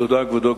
תודה, כבודו.